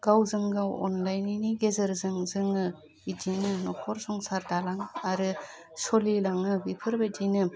गावजों गाव अनलायनायनि गेजेरजों जोङो बिदिनो न'खर संसार दालां आरो सोलिलाङो बेफोरबायदिनो